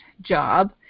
job